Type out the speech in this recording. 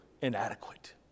inadequate